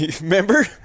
remember